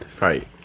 right